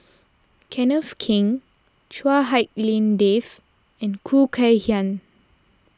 Kenneth Keng Chua Hak Lien Dave and Khoo Kay Hian